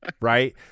right